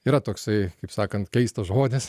yra toksai kaip sakant keistas žodis